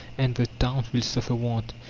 and the towns will suffer want,